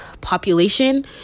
population